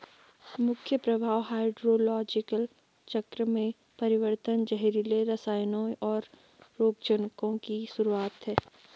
मुख्य प्रभाव हाइड्रोलॉजिकल चक्र में परिवर्तन, जहरीले रसायनों, और रोगजनकों की शुरूआत हैं